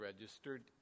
registered